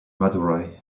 madurai